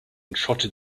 trotted